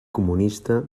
comunista